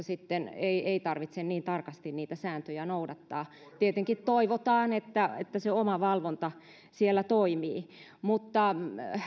sitten ei ei tarvitse niin tarkasti niitä sääntöjä noudattaa tietenkin toivotaan että että se omavalvonta siellä toimii mutta